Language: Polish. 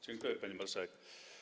Dziękuję, pani marszałek.